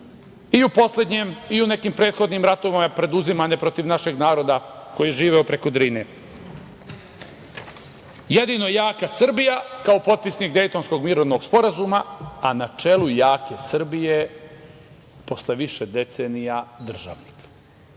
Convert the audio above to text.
i u poslednjem i u nekim prethodnim ratovima preduzimane protiv našeg naroda koji je živeo preko Drine. Jedino jaka Srbija, kao potpisnik Dejtonskog mirovnog sporazuma, a na čelu jake Srbije, posle više decenija, državnik,